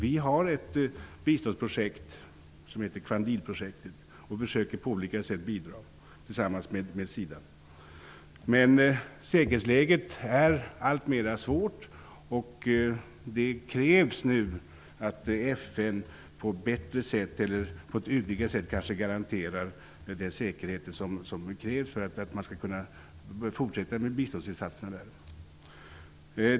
Vi har ett biståndsprojekt som heter Quandilprojektet och försöker på olika sätt bidra tillsammans med SIDA. Men säkerhetsläget blir allt svårare, och det krävs nu att FN på ett tydligare sätt garanterar den säkerhet som krävs för att man skall kunna fortsätta med biståndsinsatserna.